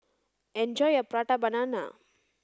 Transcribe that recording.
enjoy your prata banana